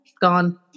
gone